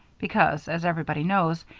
because, as everybody knows,